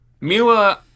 Mila